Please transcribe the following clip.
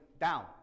down